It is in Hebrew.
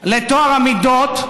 לטוהר המידות,